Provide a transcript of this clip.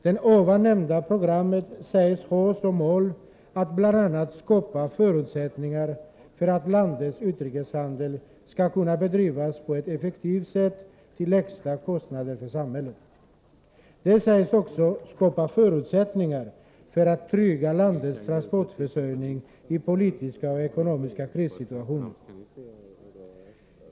Det nämnda programmet sägs ha som mål att bl.a. skapa förutsättningar för att landets utrikeshandel skall kunna bedrivas på ett effektivt sätt till lägsta kostnad för samhället. Det sägs också skapa förutsättningar för att trygga landets transportförsörjning i politiska och ekonomiska krissituationer.